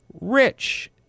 rich